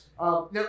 Now